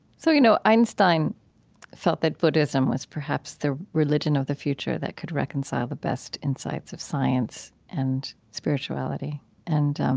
so, you know, einstein felt that buddhism was perhaps the religion of the future that could reconcile the best insights of science and spirituality and